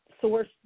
source